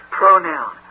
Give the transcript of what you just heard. pronoun